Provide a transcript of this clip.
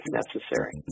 necessary